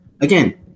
again